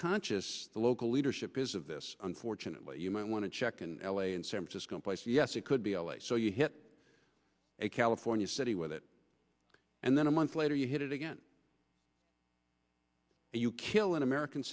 conscious the local leadership is of this unfortunately you might want to check in l a and san francisco place yes it could be l a so you hit a california city with it and then a month later you hit it again and you kill an american